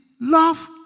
love